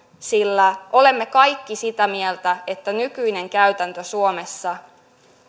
sillä olemme kaikki sitä mieltä että nykyinen käytäntö suomessa